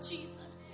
Jesus